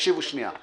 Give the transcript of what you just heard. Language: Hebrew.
תקשיבו שנייה.